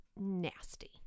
Nasty